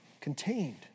contained